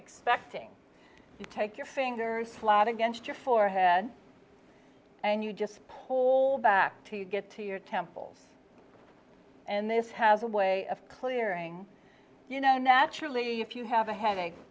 expecting to take your fingers flat against your forehead and you just pull back to get to your temples and this has a way of clearing you know naturally if you have a headache